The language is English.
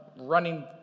running